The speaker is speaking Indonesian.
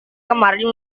kemarin